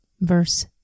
Verse